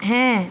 হ্যাঁ